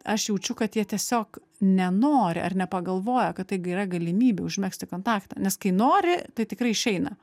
aš jaučiu kad jie tiesiog nenori ar nepagalvoja kad tai gera galimybė užmegzti kontaktą nes kai nori tai tikrai išeina